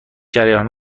جریان